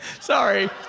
Sorry